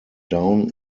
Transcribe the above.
down